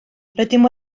rydym